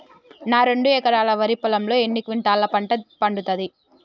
నా రెండు ఎకరాల వరి పొలంలో ఎన్ని క్వింటాలా పంట పండుతది?